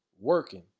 working